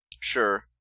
Sure